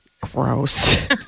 Gross